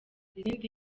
izindi